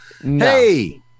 Hey